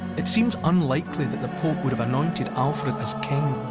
it seems unlikely that the pope would have anointed alfred as king.